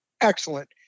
excellent